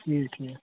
ٹھیٖک ٹھیٖک